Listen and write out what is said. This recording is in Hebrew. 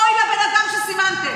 אוי לבן אדם שסימנתם.